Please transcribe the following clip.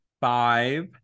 five